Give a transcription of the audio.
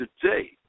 today